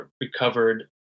recovered